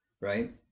right